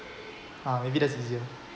ah maybe that's easier